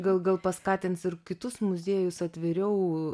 gal gal paskatins ir kitus muziejus atviriau